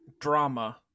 drama